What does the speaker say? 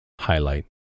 Highlight